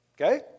Okay